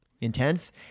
Intense